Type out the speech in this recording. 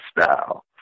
style